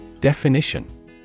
Definition